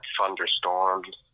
thunderstorms